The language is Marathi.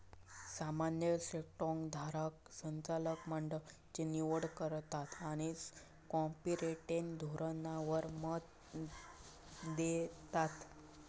सामान्य स्टॉक धारक संचालक मंडळची निवड करतत आणि कॉर्पोरेट धोरणावर मत देतत